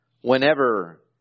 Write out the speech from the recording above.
whenever